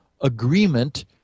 agreement